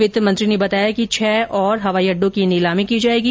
वित्त मंत्री ने बताया कि छह और हवाई अड्डो की नीलामी की जाएगी